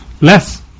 less